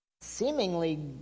seemingly